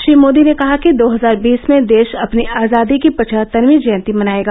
श्री मोदी ने कहा कि दो हजार बीस में देश अपनी आजादी की पचहत्तरवी जयंती मनाएगा